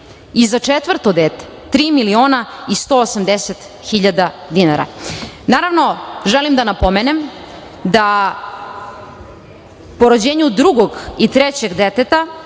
i za četvrto dete 3.180.000 dinara. Naravno, želim da napomenem da po rođenju drugog i trećeg deteta